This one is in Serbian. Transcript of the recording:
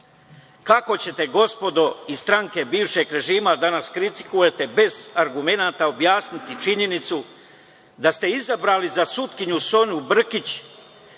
Kako ćete gospodo iz stranke bivšeg režima, danas kritikujete bez argumenata, objasniti činjenicu da ste izabrali za sudiju Sonju Brkić